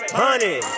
honey